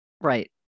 Right